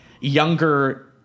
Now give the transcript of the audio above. younger